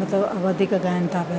मतिलबु वधीक गाइनि था पिया